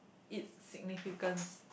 it's significance